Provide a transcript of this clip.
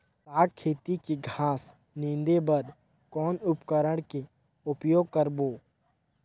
साग खेती के घास निंदे बर कौन उपकरण के उपयोग करबो?